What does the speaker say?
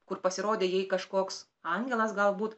kur pasirodė jai kažkoks angelas galbūt